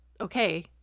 okay